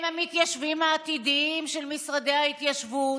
הם המתיישבים העתידיים של משרדי ההתיישבות,